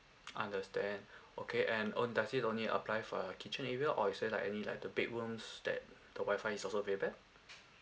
understand okay and on~ does it only apply for your kitchen area or is there like any like the bedrooms that the WI-FI is also very bad